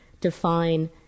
define